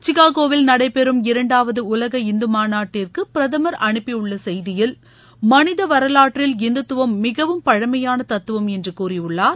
சிகாகோவில் நடைபெறும் இரண்டாவது உலக இந்து மாநாட்டிற்கு பிரதமர் அனுப்பி உள்ள செய்தியில் மனித வரலாற்றில் இந்துத்துவம் மிகவும் பழமையான தத்துவம் என்று கூறியுள்ளார்